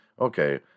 Okay